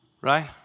Right